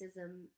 racism